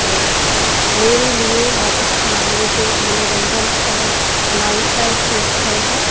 और मेरे लिए राजस्थान में जो मनोरंजन और नाईट लाइफ जो स्थल है